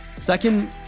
Second